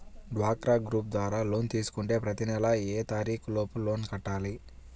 డ్వాక్రా గ్రూప్ ద్వారా లోన్ తీసుకుంటే ప్రతి నెల ఏ తారీకు లోపు లోన్ కట్టాలి?